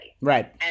Right